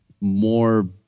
more